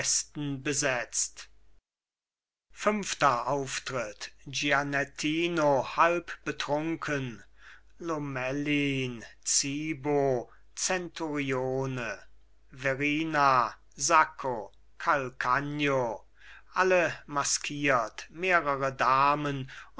besetzt fünfter auftritt gianettino halb betrunken lomellin zibo zenturione verrina sacco calcagno alle maskiert mehrere damen